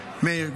מאיר.